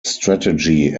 strategy